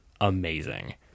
amazing